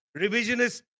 revisionist